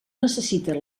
necessita